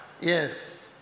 Yes